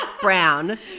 brown